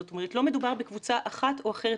זאת אומרת לא מדובר בקבוצה אחת או אחרת,